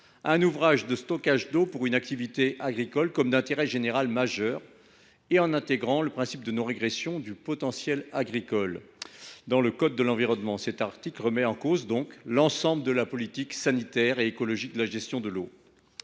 un ouvrage de stockage d’eau pour une activité agricole comme d’intérêt général majeur et en inscrivant le principe de « non régression du potentiel agricole » dans le code de l’environnement. Ce faisant, il remet en cause l’ensemble de la politique sanitaire et écologique de la gestion de l’eau.